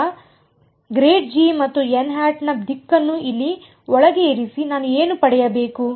ಆದ್ದರಿಂದ ಆದ್ದರಿಂದ ಮತ್ತು ನ ದಿಕ್ಕನ್ನು ಇಲ್ಲಿ ಒಳಗೆ ಇರಿಸಿ ನಾನು ಏನು ಪಡೆಯಬೇಕು